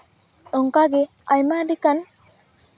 ᱚᱝᱠᱟᱜᱮ ᱟᱭᱢᱟ ᱞᱮᱠᱟᱱ